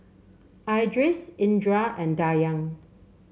Idris Indra and Dayang